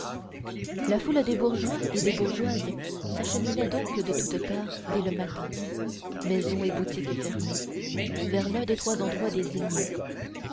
la foule des bourgeois et des bourgeoises s'acheminait donc de toutes parts dès le matin maisons et boutiques fermées vers l'un des trois endroits désignés